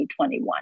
2021